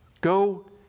Go